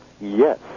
Yes